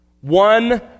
One